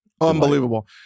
unbelievable